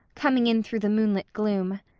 coming in through the moonlit gloom.